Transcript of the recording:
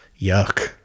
Yuck